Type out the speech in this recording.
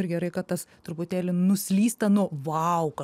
ir gerai kad tas truputėlį nuslysta nuo vau